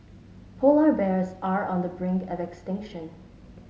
polar bears are on the brink of extinction